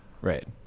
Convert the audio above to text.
Right